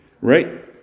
right